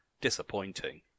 Disappointing